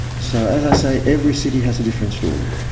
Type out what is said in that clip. so as i say, every city has a different story.